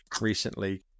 recently